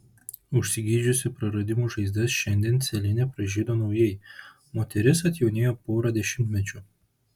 užsigydžiusi praradimų žaizdas šiandien celine pražydo naujai moteris atjaunėjo pora dešimtmečių